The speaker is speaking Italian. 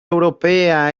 europea